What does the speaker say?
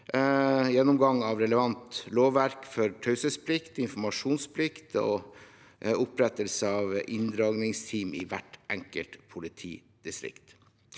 gjennomgang av relevant lovverk for taushetsplikt og informasjonsplikt og opprettelse av inndragningsteam i hvert enkelt politidistrikt.